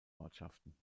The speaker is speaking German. ortschaften